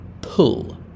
pull